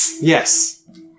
Yes